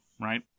right